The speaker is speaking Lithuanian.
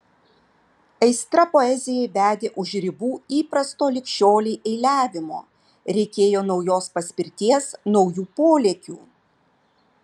aistra poezijai vedė už ribų įprasto lig šiolei eiliavimo reikėjo naujos paspirties naujų polėkių